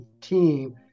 team